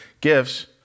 gifts